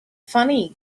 funny